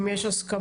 אם יש הסכמות,